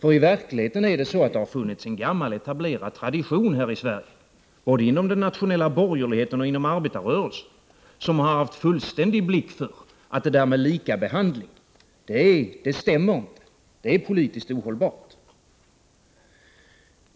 I verkligheten är det så att det har funnits en gammal etablerad tradition här i Sverige, både inom den nationella borgerligheten och inom arbetarrörelsen, som har haft blick för att det inte går att ha någon fullständig likabehandling. Det är politiskt ohållbart.